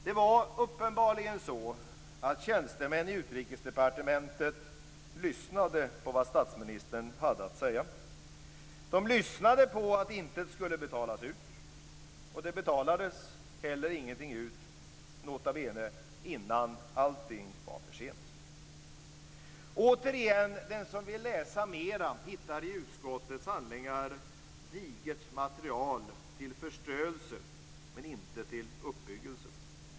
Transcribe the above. Det var uppenbarligen så att tjänstemän i Utrikesdepartementet lyssnade på vad statsministern hade att säga. De lyssnade på att intet skulle betalas ut, och det betalades heller ingenting ut - nota bene - förrän allting var för sent. Återigen, den som vill läsa mera hittar i utskottets handlingar digert material till förstörelse men inte till uppbyggelse.